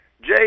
Jay